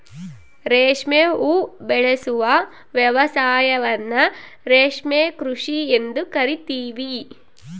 ರೇಷ್ಮೆ ಉಬೆಳೆಸುವ ವ್ಯವಸಾಯವನ್ನ ರೇಷ್ಮೆ ಕೃಷಿ ಎಂದು ಕರಿತೀವಿ